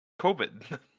COVID